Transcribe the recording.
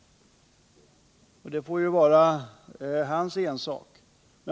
Det får vara Fritz Börjessons ensak.